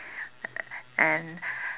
and